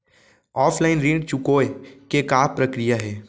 Offline ऋण चुकोय के का प्रक्रिया हे?